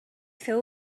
feu